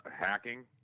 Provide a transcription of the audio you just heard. hacking